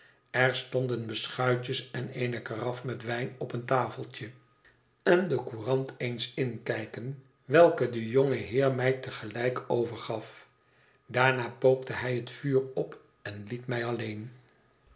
er stonden beschuitjes en eene karaf met wijn op een tafeltje en de courant eens inkijken welke de jonge heer mij te gelijk overgaf daarna pookte hij het vuur op en liet mij alleen